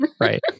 Right